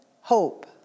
hope